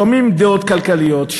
שומעים דעות כלכליות,